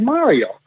Mario